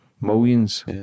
Millions